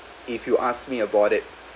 if you ask me about it